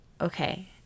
okay